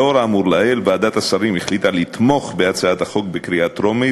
לאור האמור לעיל החליטה ועדת השרים לתמוך בהצעת החוק בקריאה טרומית,